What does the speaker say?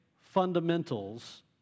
fundamentals